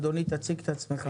אדוני תציג את עצמך.